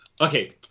okay